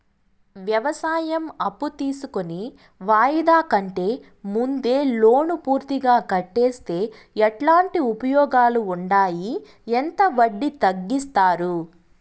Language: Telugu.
వ్యవసాయం అప్పు తీసుకొని వాయిదా కంటే ముందే లోను పూర్తిగా కట్టేస్తే ఎట్లాంటి ఉపయోగాలు ఉండాయి? ఎంత వడ్డీ తగ్గిస్తారు?